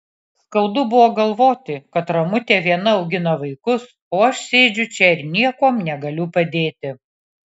skaudu buvo galvoti kad ramutė viena augina vaikus o aš sėdžiu čia ir niekuom negaliu padėti